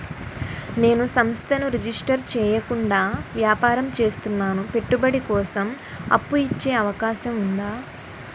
నేను సంస్థను రిజిస్టర్ చేయకుండా వ్యాపారం చేస్తున్నాను పెట్టుబడి కోసం అప్పు ఇచ్చే అవకాశం ఉందా?